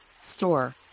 store